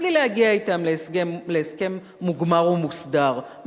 בלי להגיע אתם להסכם מוגמר ומוסדר,